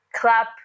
clap